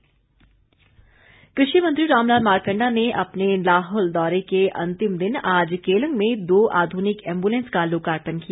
मारकंडा कृषि मंत्री रामलाल मारकंडा ने अपने लाहौल दौरे के अंतिम दिन आज केलंग में दो आधुनिक एम्बुलेंस का लोकापर्ण किया